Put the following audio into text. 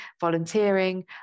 volunteering